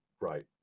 right